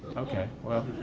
okay, well.